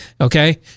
okay